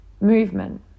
movement